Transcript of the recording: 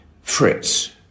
Fritz